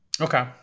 Okay